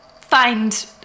find